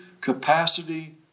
capacity